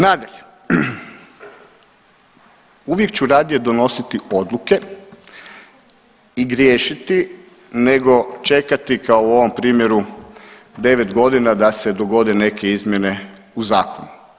Nadalje, uvijek ću radije donositi odluke i griješiti nego čekati kao u ovom primjeru devet godina da se dogode neke izmjene u zakonu.